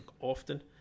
often